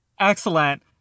Excellent